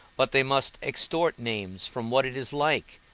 but they must extort names from what it is like,